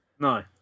No